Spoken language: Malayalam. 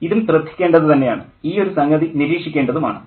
ഇതും ശ്രദ്ധിക്കേണ്ടതു തന്നെയാണ് ഈ ഒരു സംഗതി നിരീക്ഷിക്കേണ്ടതും ആണ്